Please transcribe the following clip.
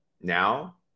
Now